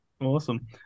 awesome